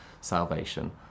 salvation